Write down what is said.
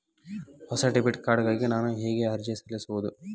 ಹೊಸ debit card ಗಾಗಿ ನಾನು ಹೇಗೆ ಅರ್ಜಿ ಸಲ್ಲಿಸುವುದು?